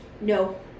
No